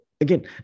again